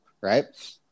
right